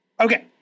Okay